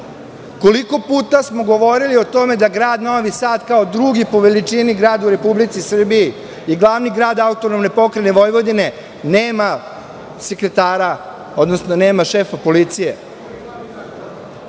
puta smo govorili o tome da grad Novi Sad, kao drugi po veličini grad u Republici Srbiji i glavni grad AP Vojvodine, nema sekretara, odnosno nema šefa policije.